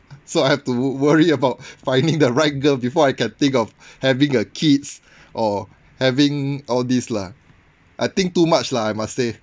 so I have to worry about finding the right girl before I can think of having a kids or having all these lah I think too much lah I must say